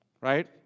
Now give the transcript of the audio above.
right